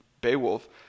beowulf